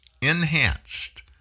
enhanced